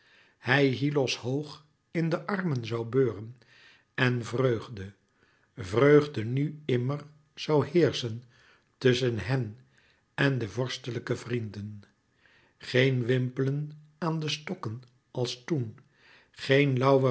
hij hyllos hoog in de armen zoû beuren en vreugde vreugde nu immer zoû heerschen tusschen hen en de vorstelijke vrienden geen wimpelen aan de stokken als toen geen